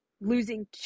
losing